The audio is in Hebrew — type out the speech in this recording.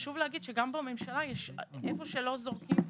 חשוב להגיד שגם בממשלה, איפה שלא זורקים אבן,